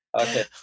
Okay